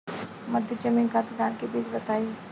मध्य जमीन खातिर धान के बीज बताई?